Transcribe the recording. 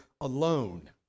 alone